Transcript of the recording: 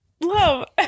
Love